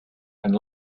and